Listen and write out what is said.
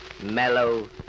mellow